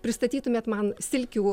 pristatytumėt man silkių